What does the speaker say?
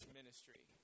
ministry